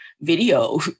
video